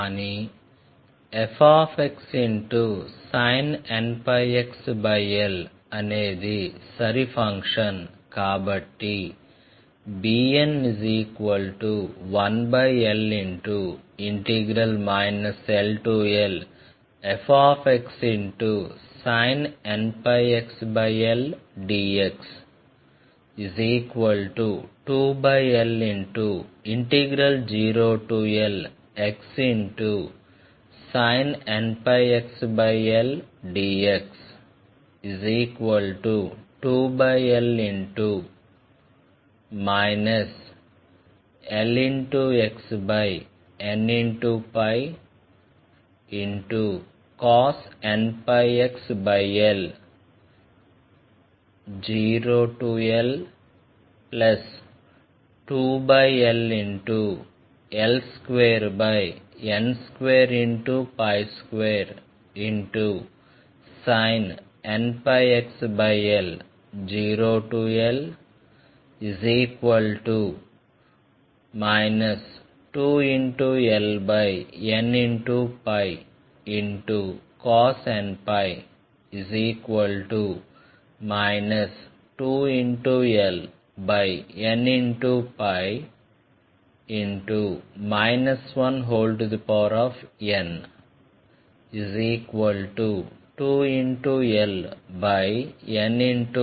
కానీ fxnπxl అనేది సరి ఫంక్షన్ కాబట్టి bn1l llfxsin nπxl dx2l0lxsin nπxl dx2l lxnπcos nπxl 0l2ll2n22sin nπxl 0l 2lnπcos nπ 2lnπ 1n2lnπ 1n1